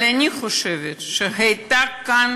אבל אני חושבת שהייתה כאן